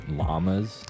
Llamas